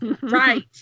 Right